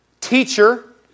teacher